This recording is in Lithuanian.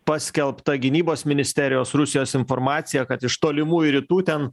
paskelbta gynybos ministerijos rusijos informacija kad iš tolimųjų rytų ten